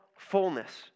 Fullness